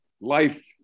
life